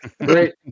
Great